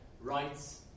rights